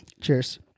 Cheers